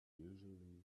usually